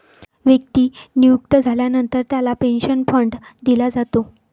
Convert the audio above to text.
व्यक्ती निवृत्त झाल्यानंतर त्याला पेन्शन फंड दिला जातो